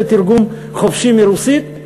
בתרגום חופשי מרוסית.